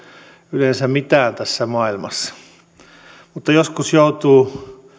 yleensä mitään tässä maailmassa mutta joskus joutuu